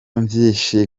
vyinshi